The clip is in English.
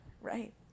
Right